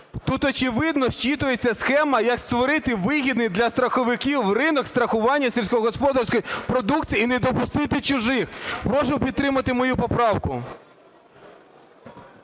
Тут, очевидно, зчитується схема, як створити вигідний для страховиків ринок страхування сільськогосподарської продукції і не допустити чужих. Прошу підтримати мою поправку.